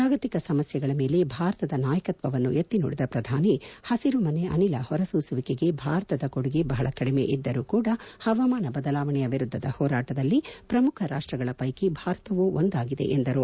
ಜಾಗತಿಕ ಸಮಸ್ಯೆಗಳ ಮೇಲೆ ಭಾರತದ ನಾಯಕತ್ಸವನ್ನು ಎತ್ತಿ ನುಡಿದ ಪ್ರಧಾನಿ ಹಸಿರು ಮನೆ ಅನಿಲ ಹೊರಸೂಸುವಿಕೆಗೆ ಭಾರತದ ಕೊಡುಗೆ ಬಹಳ ಕಡಿಮೆ ಇದ್ದರೂ ಕೂಡ ಹವಾಮಾನ ಬದಲಾವಣೆಯ ವಿರುದ್ಲದ ಹೋರಾಟದಲ್ಲಿ ಪ್ರಮುಖ ರಾಷ್ಟಗಳ ಪ್ವೆಕಿ ಭಾರತವೂ ಒಂದಾಗಿದೆ ಎಂದರು